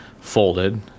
folded